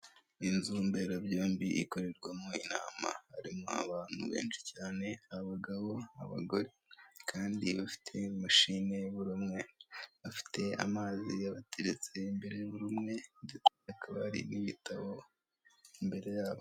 iyi nzu mbera byombi ikorerwamo intama harimo abantu benshi cyane abagabo n'abagore kandi bafite machine ya buri umwe bafite amazi yabateretse imbere y' burimwe ndetse akabari n'ibitabo imbere yabo